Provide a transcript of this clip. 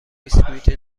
بسکویت